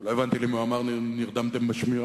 לא הבנתי למי הוא אמר "נרדמתם בשמירה".